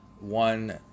one